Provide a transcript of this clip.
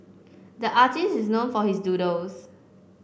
the artist is known for his doodles